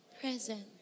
Present